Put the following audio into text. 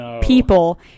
people